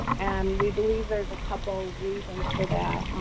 and we believe there's a couple reasons for that.